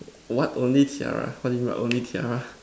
what only tiara what do you mean by only tiara